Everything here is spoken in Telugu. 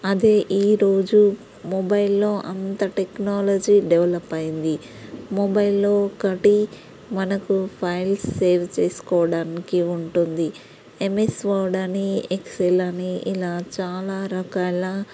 అదే ఈరోజు మొబైల్లో అంత టెక్నాలజీ డెవలప్ అయింది మొబైల్లో ఒకటి మనకు ఫైల్స్ సేవ్ చేసుకోవడానికి ఉంటుంది ఎమ్మెస్ ఓర్డ్ అని ఎక్సెల్ అని ఇలా చాలా రకాల